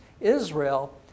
Israel